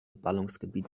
ballungsgebiet